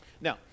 Now